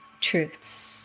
Truths